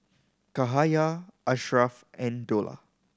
Cahaya Ashraff and Dollah